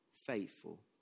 Faithful